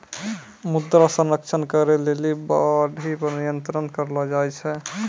मृदा संरक्षण करै लेली बाढ़ि पर नियंत्रण करलो जाय छै